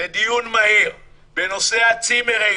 לדיון מהיר בנושא הצימרים,